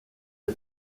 est